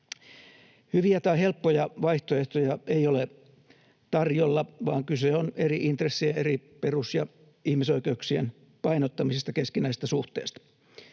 Hyviä tai helppoja vaihtoehtoja ei ole tarjolla, vaan kyse on eri intressien, eri perus- ja ihmisoikeuksien painottamisesta, keskinäisestä suhteesta.